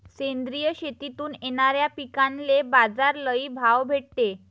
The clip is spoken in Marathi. सेंद्रिय शेतीतून येनाऱ्या पिकांले बाजार लई भाव भेटते